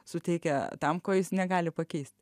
suteikia tam ko jis negali pakeisti